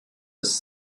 ist